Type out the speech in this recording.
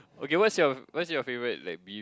okay what's your what's your favorite like beef